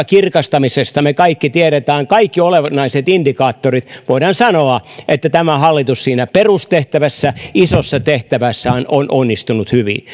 kirkastamisesta me kaikki tiedämme kaikki olennaiset indikaattorit voidaan sanoa että tämä hallitus siinä perustehtävässään isossa tehtävässään on onnistunut hyvin